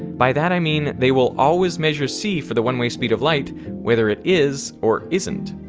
by that, i mean they will always measure c for the one way speed of light whether it is or isn't.